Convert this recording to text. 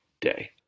day